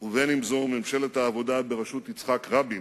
ובין אם זו ממשלת העבודה בראשות יצחק רבין.